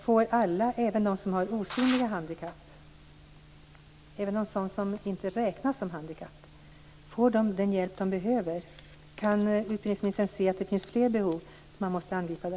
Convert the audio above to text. Får alla, även de som har osynliga handikapp som inte räknas som handikapp, den hjälp de behöver? Kan utbildningsministern se att det finns fler behov som måste angripas?